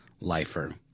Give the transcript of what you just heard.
lifer